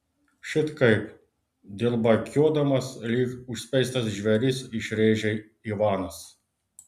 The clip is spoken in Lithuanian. šit kaip dilbakiuodamas lyg užspeistas žvėris išrėžė ivanas